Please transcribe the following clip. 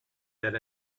that